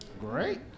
Great